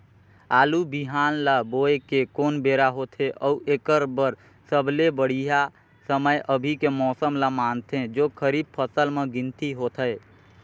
आलू बिहान ल बोये के कोन बेरा होथे अउ एकर बर सबले बढ़िया समय अभी के मौसम ल मानथें जो खरीफ फसल म गिनती होथै?